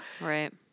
Right